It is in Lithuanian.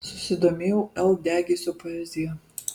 susidomėjau l degėsio poezija